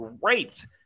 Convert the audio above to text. great